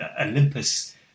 Olympus